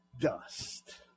dust